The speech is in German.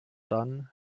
dann